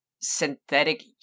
synthetic